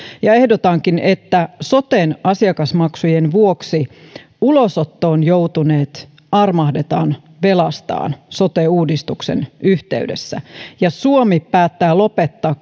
ehdotankin että soten asiakasmaksujen vuoksi ulosottoon joutuneet armahdetaan velastaan sote uudistuksen yhteydessä ja suomi päättää lopettaa